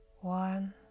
One